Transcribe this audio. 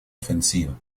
ofensiva